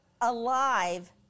alive